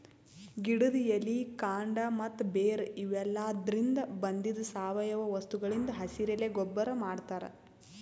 ಗಿಡದ್ ಎಲಿ ಕಾಂಡ ಮತ್ತ್ ಬೇರ್ ಇವೆಲಾದ್ರಿನ್ದ ಬಂದಿದ್ ಸಾವಯವ ವಸ್ತುಗಳಿಂದ್ ಹಸಿರೆಲೆ ಗೊಬ್ಬರ್ ಮಾಡ್ತಾರ್